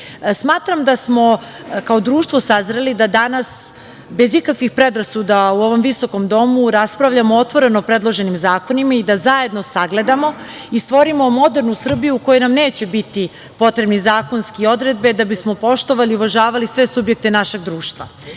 da smo kao društvo sazreli da danas bez ikakvih predrasuda u ovom visokom domu raspravljamo otvoreno o predloženim zakonima i da zajedno sagledamo i stvorimo modernu Srbiju u kojoj nam neće biti potrebne zakonske odredbe da bismo poštovali, uvažavali sve subjekte našeg